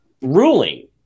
ruling